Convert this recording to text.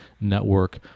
Network